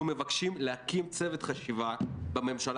אנחנו מבקשים להקים צוות חשיבה בממשלה